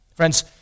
Friends